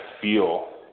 feel